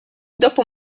dopo